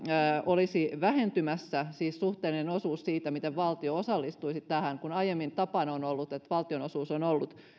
olisi vähentymässä siis suhteellinen osuus siitä miten valtio osallistuisi tähän kun aiemmin tapana on ollut että valtion osuus on ollut